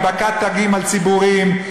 הדבקת תגים על ציבורים,